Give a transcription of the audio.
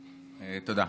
תודה.